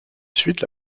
suite